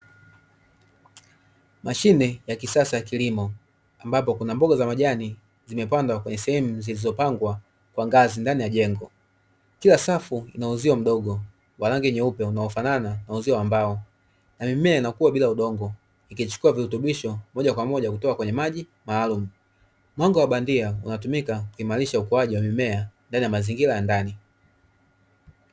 Mashine ya kisasa ya kilimo, ambapo kuna mboga za majani zimepandwa kwenye sehemu zilizopangwa kwa ngazi ndani ya jengo. Kila safu ina uzio mdogo wa rangi nyeupe unaofanana na uzio wa mbao, na mimea inakua bila udongo ikichukua virutubisho moja kwa moja kutoka kwenye maji maalumu. Mwanga wa bandia unatumika kuimarisha ukuaji wa mimea ndani ya mazingira ya ndani.